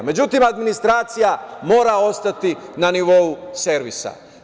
Međutim, administracija mora ostati na nivou servisa.